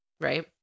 right